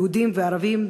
יהודים וערבים,